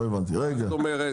מה זאת אומרת?